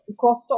crosstalk